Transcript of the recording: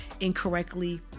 incorrectly